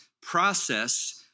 process